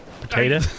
Potato